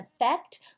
effect